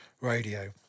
radio